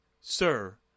Sir